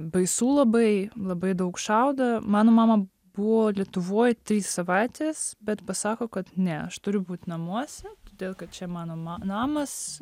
baisu labai labai daug šaudo mano mama buvo lietuvoj trys savaitės bet pasako kad ne aš turiu būt namuose todėl kad čia mano namas